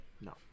No